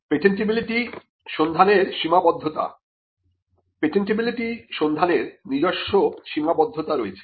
patentability সন্ধানের সীমাবদ্ধতা patentability সন্ধানের নিজস্ব সীমাবদ্ধতা রয়েছে